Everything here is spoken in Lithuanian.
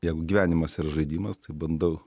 jeigu gyvenimas yra žaidimas tai bandau